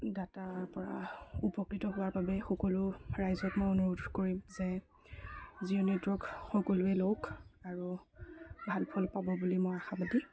ডাটাৰ পৰা উপকৃত হোৱাৰ বাবে সকলো ৰাইজক মই অনুৰোধ কৰিম যে জিঅ' নেটৱৰ্ক সকলোৱে লওক আৰু ভাল ফল পাব বুলি মই আশাবাদী